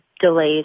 delays